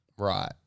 right